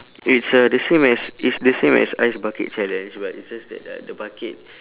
it's uh the same as it's the same as ice bucket challenge but it's just that uh the bucket